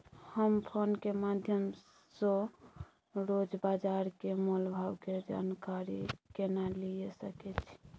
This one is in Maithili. हम फोन के माध्यम सो रोज बाजार के मोल भाव के जानकारी केना लिए सके छी?